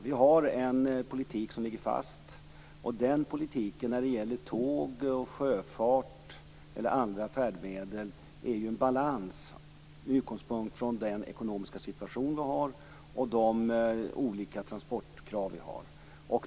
Vi har en politik som ligger fast och den politiken är när det gäller tåg, sjöfart och andra färdmedel en balans med utgångspunkt i den ekonomiska situation vi har och i de olika transportkrav vi har.